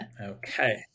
Okay